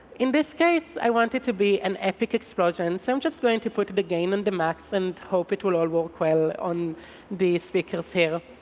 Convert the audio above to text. in this case i want it to be an epic explosion, so i'm just going to put the game and in and hope it will all work well on these speakers here,